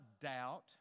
doubt